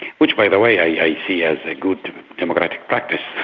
which by the way i see as a good democratic practice,